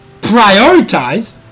prioritize